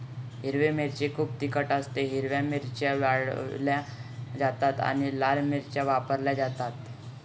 हिरवी मिरची खूप तिखट असतेः हिरव्या मिरच्या वाळवल्या जातात आणि लाल मिरच्यांमध्ये वापरल्या जातात